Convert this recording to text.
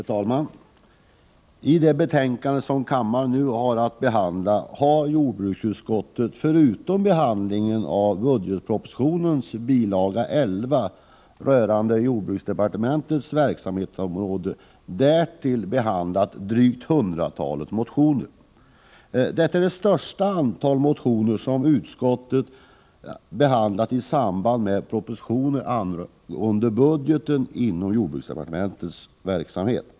Herr talman! I det betänkande som kammaren nu har att debattera har jordbruksutskottet förutom budgetpropositionens bil. 11 rörande jordbruksdepartementets verksamhetsområde behandlat drygt hundratalet motioner. Detta är det största antal motioner som utskottet har behandlat i samband med propositioner angående budgeten för jordbruksdepartementets verksamhet.